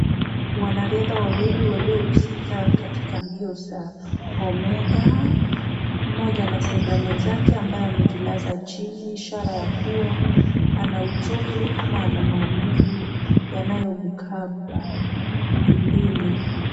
Wanariadha wawili waliohusikana katika mbio za omega. Mmoja anamsaidia mwenzake ambaye amejilaza chini, ishara ya kuwa ana uchovu ama ana maumivu yanayomkaba mwilini.